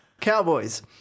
Cowboys